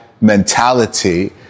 mentality